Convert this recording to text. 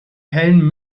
hellen